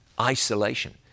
isolation